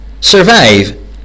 Survive